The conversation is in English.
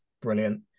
brilliant